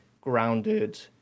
grounded